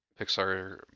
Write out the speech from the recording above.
Pixar